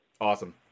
Awesome